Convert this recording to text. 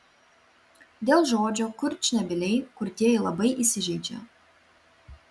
dėl žodžio kurčnebyliai kurtieji labai įsižeidžia